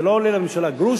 זה לא עולה לממשלה גרוש,